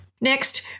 Next